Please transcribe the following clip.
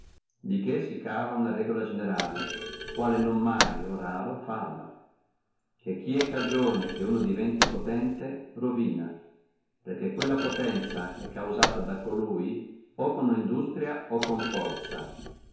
di che si cava una regola generale la quale mai o raro falla che chi è cagione che uno diventi potente ruina perché quella potenzia è causata da colui o con industria o con forza